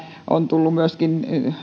on tullut myöskin